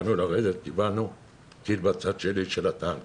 כאשר באנו לרדת קיבלנו טיל בצד שלי של הטנק.